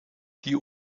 die